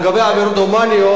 לגבי עבירות הומניות,